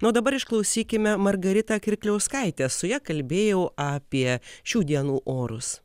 na dabar išklausykime margaritą kirkliauskaitę su ja kalbėjau apie šių dienų orus